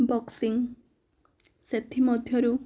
boxing ସେଥିମଧ୍ୟରୁ